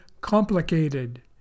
complicated